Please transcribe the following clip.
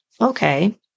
okay